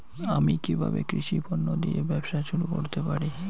আমি কিভাবে কৃষি পণ্য দিয়ে ব্যবসা শুরু করতে পারি?